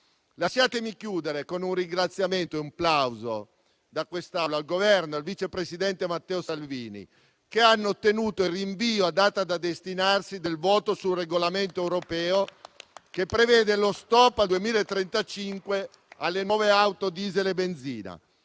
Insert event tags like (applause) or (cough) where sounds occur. Lasciatemi concludere con un ringraziamento e un plauso da quest'Aula al Governo e al vice presidente Matteo Salvini, che hanno ottenuto il rinvio, a data da destinarsi, del voto sul Regolamento europeo, (applause) che prevede lo stop al 2035 alle nuove auto diesel e benzina.